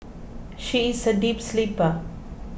she is a deep sleeper